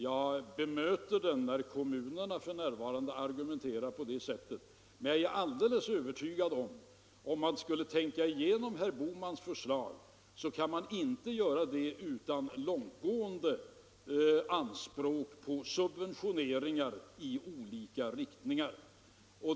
Jag bemöter det när kommunerna för närvarande argumenterar på det sättet. Men jag är alldeles övertygad om att man inte kan tänka igenom herr Bohmans förslag utan långt gående anspråk på subventioneringar i olika riktningar.